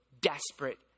desperate